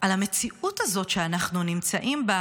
על המציאות הזאת שאנחנו נמצאים בה,